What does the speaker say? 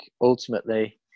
ultimately